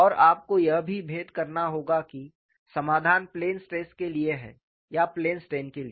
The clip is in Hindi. और आपको यह भी भेद करना होगा कि समाधान प्लेन स्ट्रेस के लिए है या प्लेन स्ट्रेन के लिए